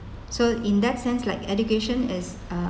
so in that sense like education is a